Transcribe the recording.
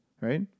right